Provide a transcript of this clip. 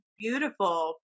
Beautiful